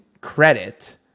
credit